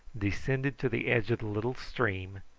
descended to the edge of the little stream,